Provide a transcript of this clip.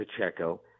Pacheco